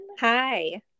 Hi